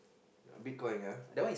bitcoin ah